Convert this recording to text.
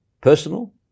personal